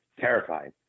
terrified